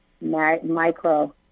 micro